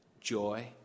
joy